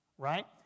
Right